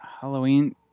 Halloween